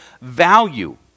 value